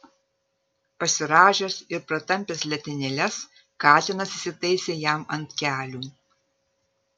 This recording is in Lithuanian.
pasirąžęs ir pratampęs letenėles katinas įsitaisė jam ant kelių